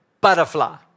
butterfly